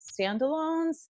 standalones